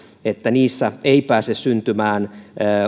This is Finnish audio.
että niissä ei pääse syntymään